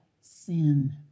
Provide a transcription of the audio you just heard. sin